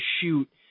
shoot